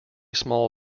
small